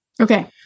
Okay